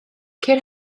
ceir